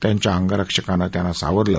त्यांच्या अंगरक्षकानं त्यांना सावरलं